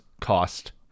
cost